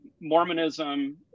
Mormonism